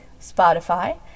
Spotify